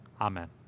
Amen